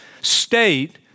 state